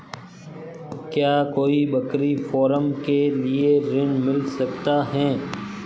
क्या कोई बकरी फार्म के लिए ऋण मिल सकता है?